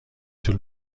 طول